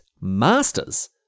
masters